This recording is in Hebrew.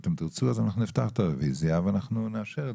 אנחנו נפתח את הרוויזיה ואנחנו נאשר את